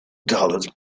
dollars